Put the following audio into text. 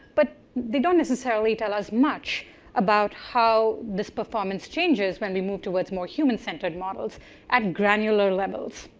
but they don't necessarily tell us much about how this performance changes when we move to what's more human centered models at granular levels,